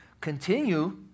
continue